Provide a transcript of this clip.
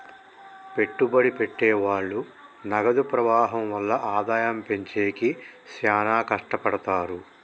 పెట్టుబడి పెట్టె వాళ్ళు నగదు ప్రవాహం వల్ల ఆదాయం పెంచేకి శ్యానా కట్టపడతారు